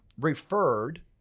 referred